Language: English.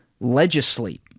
legislate